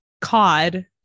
cod